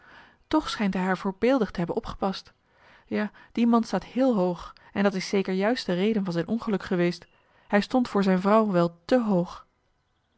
toch schijnt hij haar voorbeeldig te hebben opgepast ja die man staat heel hoog en dat is zeker juist de reden van zijn ongeluk geweest hij stond voor zijn vrouw wel te hoog